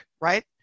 right